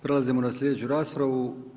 Prelazimo na sljedeću raspravu.